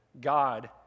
God